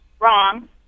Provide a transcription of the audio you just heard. wrong